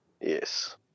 yes